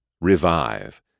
Revive